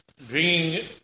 bringing